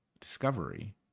discovery